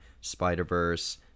Spider-Verse